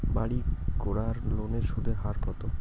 বাড়ির করার লোনের সুদের হার কত?